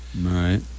Right